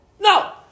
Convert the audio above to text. No